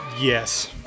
Yes